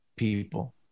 people